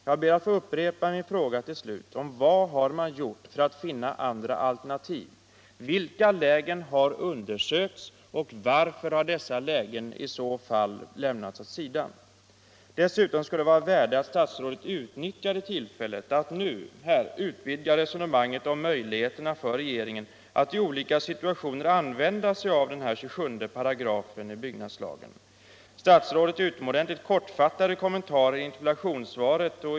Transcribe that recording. Jag ber till slut att få upprepa min fråga om vad man har gjort för att finna andra alternativ.